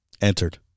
entered